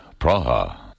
Praha